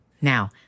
Now